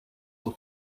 will